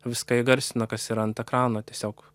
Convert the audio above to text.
viską įgarsina kas yra ant ekrano tiesiog